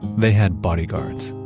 they had bodyguards.